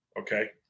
okay